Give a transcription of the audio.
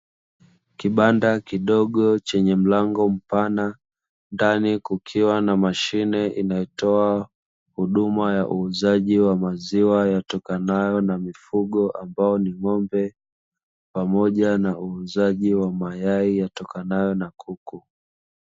Kibanda kidogo chenye mlango mpana, ndani kukiwa na mashine inayotoa huduma ya uuzaji wa maziwa yatokanayo na mifugo ambao ni ng'ombe, pamoja na uuzaji wa mayai yatokanayo na kuku.